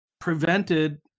prevented